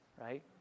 right